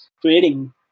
creating